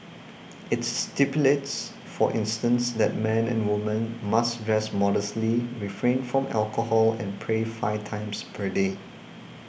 it stipulates for instance that men and woman must dress modestly refrain from alcohol and pray five times per day